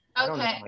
Okay